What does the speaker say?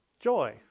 Joy